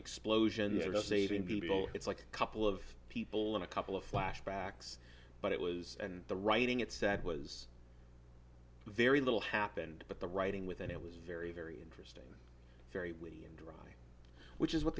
explosions or saving people it's like a couple of people in a couple of flashbacks but it was the writing it set was very little happened but the writing within it was very very interesting very witty and which is what